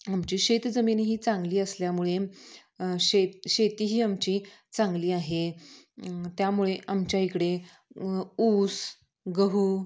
आमची शेत जमीनही चांगली असल्यामुळे शेत शेतीही आमची चांगली आहे त्यामुळे आमच्या इकडे ऊस गहू